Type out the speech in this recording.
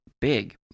big